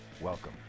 welcome